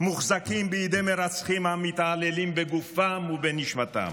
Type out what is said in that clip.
מוחזקים בידי מרצחים המתעללים בגופם ובנשמתם.